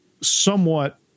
somewhat